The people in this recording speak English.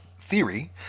theory